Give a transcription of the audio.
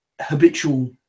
habitual